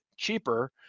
cheaper